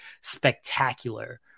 spectacular